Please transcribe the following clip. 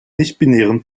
nichtbinären